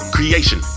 Creation